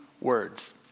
words